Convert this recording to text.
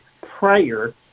prior